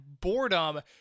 boredom